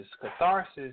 catharsis